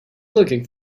looking